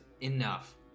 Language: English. enough